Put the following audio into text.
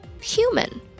human